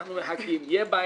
אנחנו מחכים, תהיה בעיה.